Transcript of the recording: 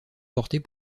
portés